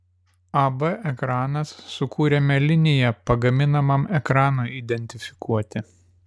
ab ekranas sukūrėme liniją pagaminamam ekranui identifikuoti